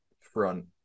front